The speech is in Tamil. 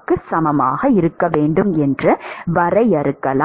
க்கு சமமாக இருக்க வேண்டும் என்று வரையறுக்கலாம்